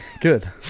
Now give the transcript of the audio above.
good